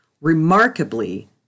Remarkably